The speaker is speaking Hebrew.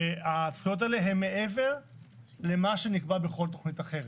שהזכויות האלה הן מעבר למה שנקבע בכל תכנית אחרת.